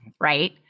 right